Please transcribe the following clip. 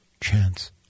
chance